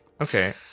Okay